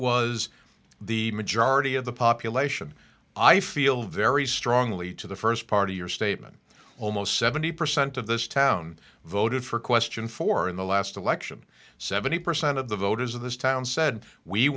was the majority of the population i feel very strongly to the st part of your statement almost seventy percent of this town voted for question for in the last election seventy percent of the voters of this town said we